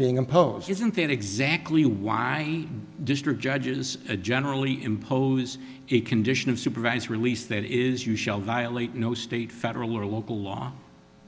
being imposed isn't that exactly why district judges generally impose a condition of supervised release that is you shall violate no state federal or local law